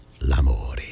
l'amore